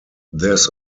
this